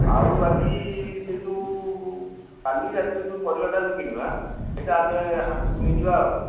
ଆଉ ବାକି ସେ ଯେଉଁ କାଲି ରାତିରେ ଯେଉଁ ପରିବାଟା ଆମେ କିଣିବା ସେଇଟା ଆମେ ହାଟକୁ ନେଇଯିବା ଆଉ